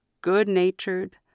good-natured